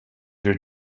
your